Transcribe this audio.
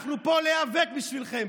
אנחנו פה להיאבק בשבילכם.